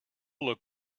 look